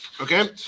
okay